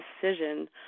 decision